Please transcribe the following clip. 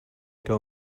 tell